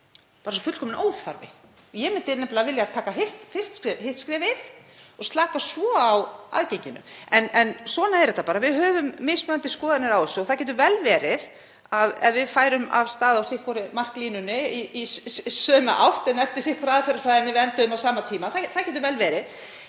bara svo fullkominn óþarfi. Ég myndi nefnilega vilja taka fyrst hitt skrefið og slaka svo á aðgenginu. En svona er þetta bara, við höfum mismunandi skoðanir á þessu og það getur vel verið að ef við færum af stað frá sitthvorri marklínunni í sömu áttina, eftir sitthvorri aðferðafræðinni, að við enduðum á sama tíma. Það getur vel verið.